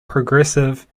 progressive